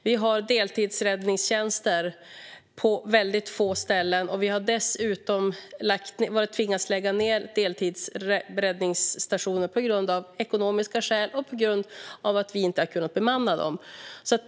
Vi har deltidsräddningstjänster på väldigt få ställen, och vi har dessutom tvingats lägga ned deltidsräddningsstationer av ekonomiska skäl och på grund av att vi inte har kunnat bemanna dem.